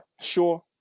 sure